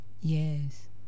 Yes